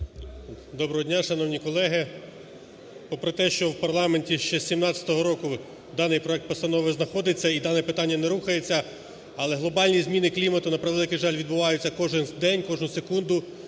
Доброго дня, шановні колеги! Попри те, що в парламенті ще з 2017 року даний проект постанови знаходиться і дане питання не рухається. Але глобальні зміни клімату, на превеликий жаль, відбуваються кожен день, кожну секунду.